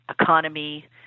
economy